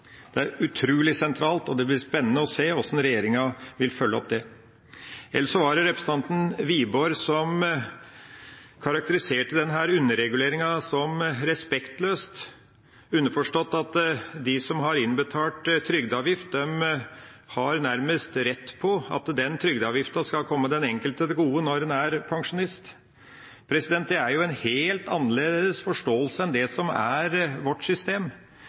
Det er utrolig sentralt, og det blir spennende å se hvordan regjeringa vil følge det opp. Representanten Wiborg karakteriserte denne underreguleringa som respektløst, underforstått at de som har innbetalt trygdeavgift, nærmest har rett på at den trygdeavgiften skal komme den enkelte til gode når en er pensjonist. Det er en helt annerledes forståelse enn det som er vårt system.